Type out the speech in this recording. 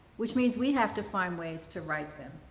which means we have to find ways to write them.